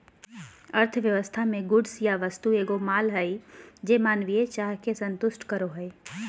अर्थव्यवस्था मे गुड्स या वस्तु एगो माल हय जे मानवीय चाह के संतुष्ट करो हय